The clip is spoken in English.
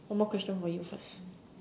one more question for you first